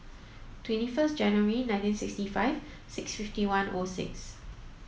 twenty first January nineteen sixty five six fifty one O six